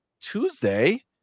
tuesday